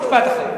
משפט אחרון.